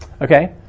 Okay